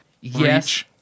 Yes